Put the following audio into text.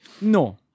No